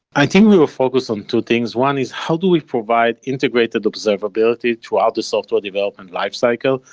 i think we will focus on two things one is how do we provide integrated observability throughout the software development lifecycle?